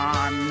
on